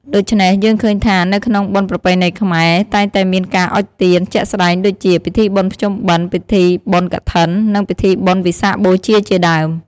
ដូច្នេះយើងឃើញថា នៅក្នុងបុណ្យប្រពៃណីខ្មែរតែងតែមានការអុជទៀន ជាក់ស្តែងដូចជា ពិធីបុណ្យភ្ជុំបិណ្ឌ ពិធីបុណ្យកឋិន និងពិធីបុណ្យវិសាខបូជាជាដើម។